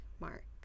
mark